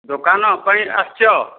ଦୋକାନ ପାଇଁ ଆସିଛ